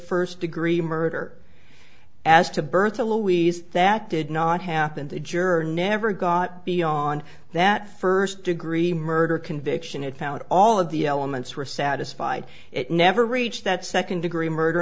first degree murder as to bertha louise that did not happen the juror never got beyond that first degree murder conviction and found all of the elements were satisfied it never reached that second degree murder